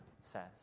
says